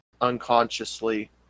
unconsciously